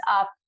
up